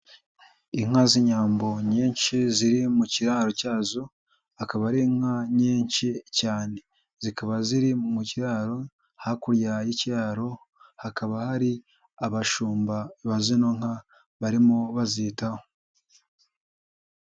Inka z'Inyambo nyinshi ziri mu kiraro cyazo akaba ari inka nyinshi cyane, zikaba ziri mu kiraro, hakurya y'ikiraro hakaba hari abashumba ba zino nka barimo bazitaho.